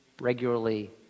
regularly